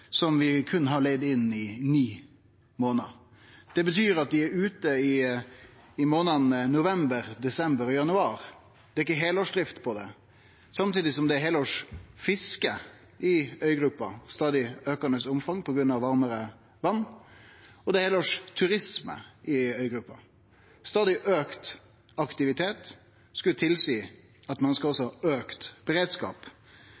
som vi berre har leigd inn i ni månader frå islandske aktørar. Det betyr at det er ute i månadene november, desember og januar, det er ikkje heilårsdrift på det, samtidig som det er heilårs fiske ved øygruppa – i stadig aukande omfang på grunn av varmare vatn. Og det er heilårs turisme på øygruppa. Stadig auka aktivitet skulle tilseie at ein